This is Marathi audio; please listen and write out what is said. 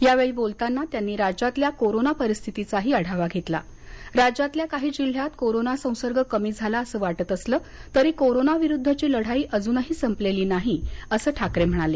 यावेळी बोलताना त्यांनी राज्यातल्या कोरोना परिस्थितीचाही आढावा घेतला राज्यातल्या काही जिल्ह्यात कोरोना संसर्ग कमी झाला असं वाटत असलं तरी कोरोना विरुद्धची लढाई अजूनही संपलेली नाही असं ठाकरे म्हणाले